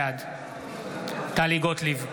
בעד טלי גוטליב,